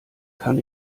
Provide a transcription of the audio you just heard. kann